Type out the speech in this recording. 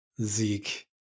Zeke